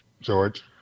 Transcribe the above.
George